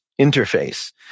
interface